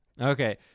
Okay